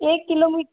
एक किलोमी